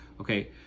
okay